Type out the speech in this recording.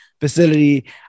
facility